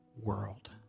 world